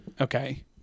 okay